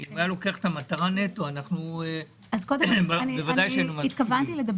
אם היה מאמץ את המטרה נטו אנחנו בוודאי היינו תומכים.